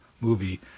movie